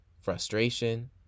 frustration